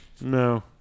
no